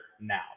now